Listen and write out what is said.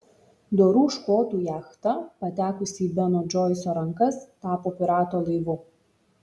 dorų škotų jachta patekusi į beno džoiso rankas tapo piratų laivu